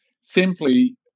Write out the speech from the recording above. Simply